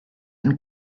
and